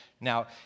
Now